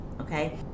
okay